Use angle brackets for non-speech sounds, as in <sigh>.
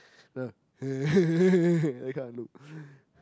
the <laughs> that kind of look